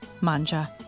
MANJA